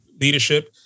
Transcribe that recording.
leadership